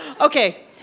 Okay